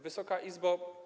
Wysoka Izbo!